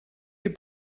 your